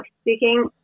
speaking